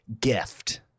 gift